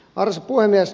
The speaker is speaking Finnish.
arvoisa puhemies